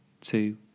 two